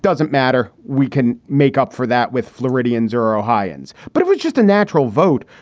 doesn't matter. we can make up for that with floridians or ohioans. but it was just a natural vote.